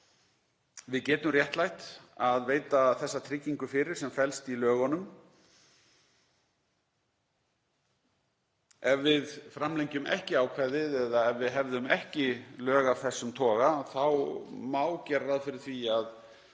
við getum réttlætt að veita þessa tryggingu fyrir sem felst í lögunum. Ef við framlengjum ekki ákvæðið eða ef við hefðum ekki lög af þessum toga þá má gera ráð fyrir því að